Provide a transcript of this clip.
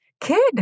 kid